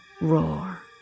roar